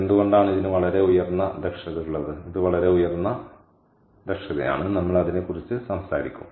എന്തുകൊണ്ടാണ് ഇതിന് വളരെ ഉയർന്ന ദക്ഷത ഉള്ളത് ഇത് വളരെ ഉയർന്ന ദക്ഷതയാണ് നമ്മൾ അതിനെക്കുറിച്ച് സംസാരിക്കും